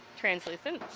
translucent.